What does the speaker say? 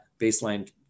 baseline